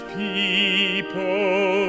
people